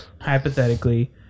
hypothetically